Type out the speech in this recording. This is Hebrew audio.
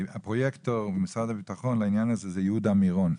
הפרויקטור ממשרד הביטחון לעניין הזה הוא יהודה מירון.